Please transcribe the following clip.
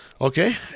Okay